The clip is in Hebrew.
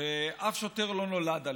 שאף שוטר לא נולד אלים,